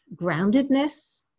groundedness